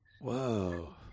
whoa